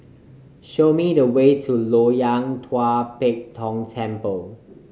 show me the way to Loyang Tua Pek Kong Temple